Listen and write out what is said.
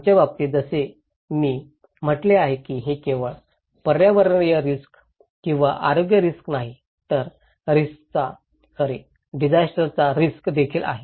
आमच्या बाबतीत जसे मी म्हटले आहे की हे केवळ पर्यावरणीय रिस्क किंवा आरोग्याचा रिस्क नाही तर डिजास्टरचा रिस्क देखील आहे